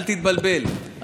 אל תתבלבל,